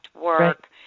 work